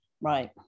right